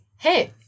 Hey